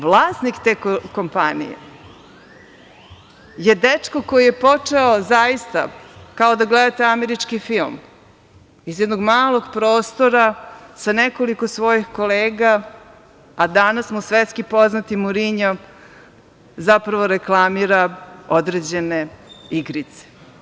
Vlasnik te kompanije je dečko koji je počeo, kao da gledate američki film, iz jednog malog prostora sa nekoliko svojih kolega, a danas mu svetski poznati Murinjo zapravo reklamira određene igrice.